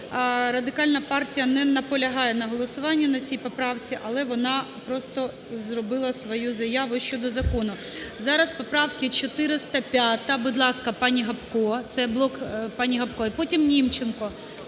Радикальна партія не наполягає на голосуванні на цій поправці, але вона просто зробила свою заяву щодо закону. Зараз поправка 405. Будь ласка, пані Гопко, це блок